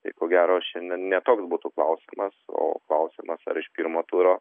tai ko gero šiandien ne toks būtų klausimas o klausimas ar iš pirmo turo